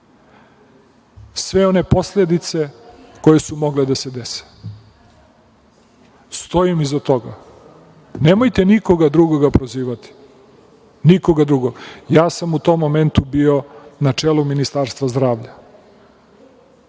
sve one posledice koje su mogle da se dese. Stojim iza toga. Nemojte nikoga drugoga prozivati. Ja sam u tom momentu bio na čelu Ministarstva zdravlja,